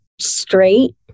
straight